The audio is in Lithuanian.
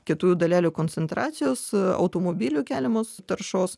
kietųjų dalelių koncentracijos automobilių keliamos taršos